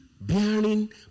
bearing